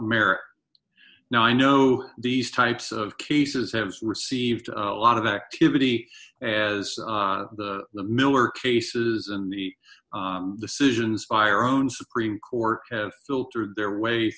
merit now i know these types of cases have received a lot of activity as the miller cases and the decisions by or own supreme court have filtered their way